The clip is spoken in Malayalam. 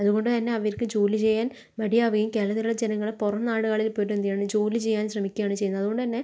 അതുകൊണ്ട് തന്നെ അവർക്ക് ജോലി ചെയ്യാൻ മടിയാവുകയും കേരളത്തിലുള്ള ജനങ്ങള് പുറം നാടുകളിൽ പോയിട്ട് എന്തെയ്യാണ് ജോലി ചെയ്യാൻ ശ്രമിക്കുവാണ് ചെയ്യുന്നത് അതുകൊണ്ട് തന്നെ